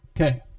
Okay